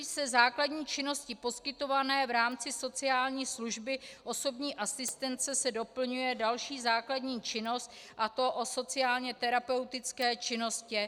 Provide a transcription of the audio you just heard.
Rozšiřují se základní činnosti poskytované v rámci sociální služby, osobní asistence se doplňuje další základní činnost, a to o sociálně terapeutické činnosti.